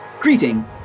greeting